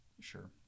sure